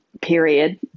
period